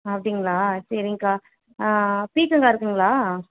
அப்படிங்களா சேரிங்கக்கா பீர்க்கங்கா இருக்குதுங்களா